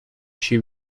she